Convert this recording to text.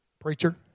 preacher